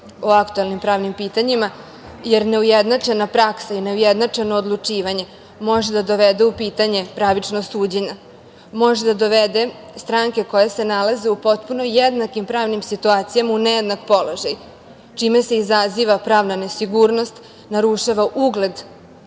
o aktuelnim pravnim pitanjima, jer neujednačena praksa i neujednačeno odlučivanje može da dovede u pitanje pravično suđenje, može da dovede stranke koje se nalaze u potpuno jednakim pravnim situacijama, u nejednak položaj, čime se izaziva pravna nesigurnost, narušava ugled